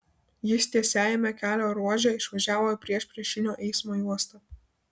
jis tiesiajame kelio ruože išvažiavo į priešpriešinio eismo juostą